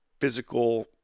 physical